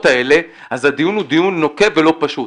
האלה אז הדיון הוא דיון נוקב ולא פשוט.